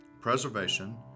preservation